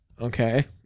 Okay